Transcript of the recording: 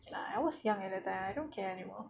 okay lah I was young at the time I don't care anymore